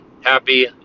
Happy